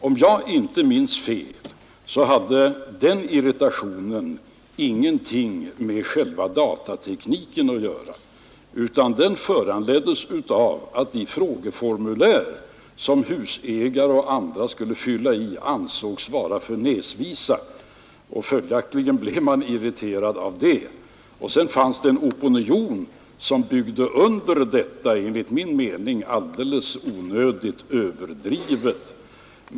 Om jag inte minns fel hade den irritationen ingenting med själva datatekniken att göra, utan den föranleddes av att de frågeformulär som husägare och andra skulle fylla i ansågs vara för näsvisa. Följaktligen var det detta man blev irriterad av, och sedan fanns det en opinion som byggde under detta på ett enligt min mening alldeles onödigt och överdrivet sätt.